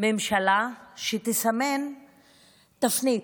ממשלה שתסמן תפנית,